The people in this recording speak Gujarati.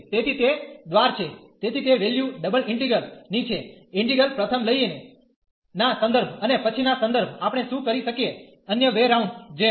તેથી તે દ્વાર છે તેથી તે વેલ્યુ ડબલ ઇન્ટીગ્રલ ની છે ઇન્ટીગ્રલ પ્રથમ લઈને ના સંદર્ભ અને પછી ના સંદર્ભ આપણે શું કરી સકીએ અન્ય વે રાઉન્ડ જેમ